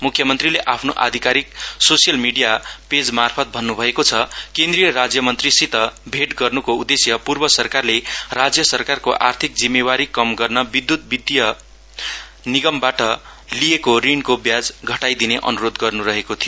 म्ख्यमन्त्रीले आफ्नो आधिकारिक सोलियल मीडिया पेजमार्फत भन्न् भएको छ केन्द्रिय राज्यमन्त्रीसित भैट गर्न्को उददेश्य पूर्व सरकारले राज्य सरकारको आर्थिक जिम्मेवारी कम गर्न विद्य्त वित्तीय निगमबाट लिएको ऋणको ब्याज घटाईदिने अन्रोध गर्न् रहेको थियो